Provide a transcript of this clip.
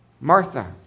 Martha